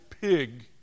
Pig